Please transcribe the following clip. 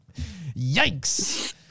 Yikes